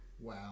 Wow